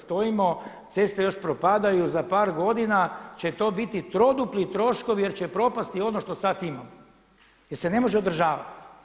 Stojimo, ceste još propadaju za par godina će to biti trodupli troškovi jer će propasti ono što sada imamo jer se ne može održavati.